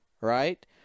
right